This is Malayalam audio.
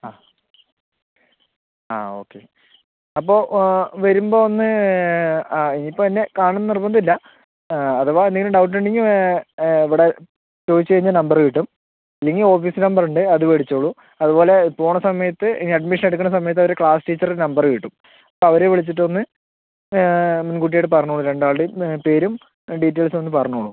ആ ആ ഓക്കെ അപ്പോൾ വരുമ്പോൾ ഒന്ന് ആ ഇപ്പോൾ എന്നെ കാണണമെന്ന് നിർബന്ധം ഇല്ല അഥവാ എന്തെങ്കിലും ഡൗട്ട് ഉണ്ടെങ്കിൽ ഇവിടെ ചോദിച്ച് കഴിഞകഞ്ഞാൽ നമ്പർ കിട്ടും ഇല്ലെങ്കിൽ ഓഫീസ് നമ്പർ ഉണ്ട് അത് വേടിച്ചോളൂ അതുപോലെ പോകുന്ന സമയത്ത് ഇനി അഡ്മിഷൻ എടുക്കുന്ന സമയത്ത് അവരുടെ ക്ലാസ് ടീച്ചറുടെ നമ്പർ കിട്ടും അവരെ വിളിച്ചിട്ട് ഒന്ന് മുൻകൂട്ടി അത് പറഞ്ഞോള്ളൂ രണ്ടാളുടെയും പേരും ഡീറ്റെയിൽസും ഒന്ന് പറഞ്ഞോളൂ